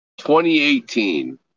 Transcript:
2018